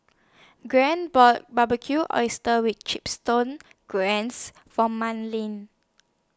Grant bought Barbecued Oysters with Chips torn grants For Madlyn